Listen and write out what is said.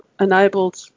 enabled